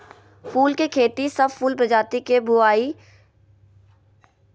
फूल के खेती, सब फूल प्रजाति के बुवाई सितंबर अक्टूबर मे करल जा हई